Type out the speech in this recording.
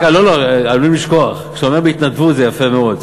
עלולים לשכוח, כשאתה אומר בהתנדבות זה יפה מאוד,